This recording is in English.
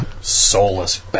soulless